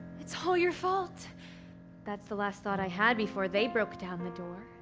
it's all your fault that's the last thought i had before they broke down the door.